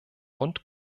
und